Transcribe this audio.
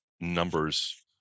numbers